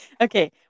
okay